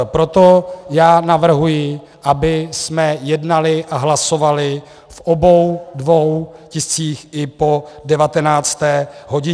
Proto navrhuji, abychom jednali a hlasovali v obou dvou tiscích i po 19. hodině.